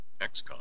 XCOM